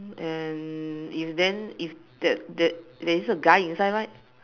and if then if there there there is a guy inside right